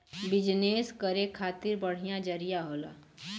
business करे खातिर बढ़िया जरिया होला